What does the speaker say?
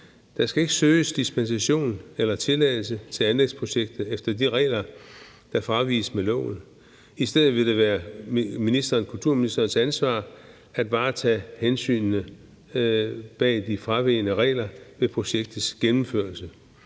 Der skal ikke søges dispensation eller tilladelse til anlægsprojektet efter de regler, der fraviges med loven. I stedet vil det være kulturministerens ansvar at varetage hensynene bag de fravegne regler ved projektets gennemførelse.